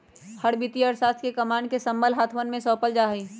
हर वित्तीय अर्थशास्त्र के कमान के सबल हाथवन में सौंपल जा हई